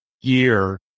year